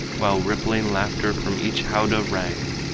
while rippling laughter from each howdah rang,